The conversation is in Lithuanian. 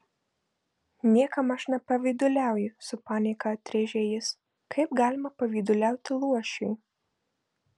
niekam aš nepavyduliauju su panieka atrėžė jis kaip galima pavyduliauti luošiui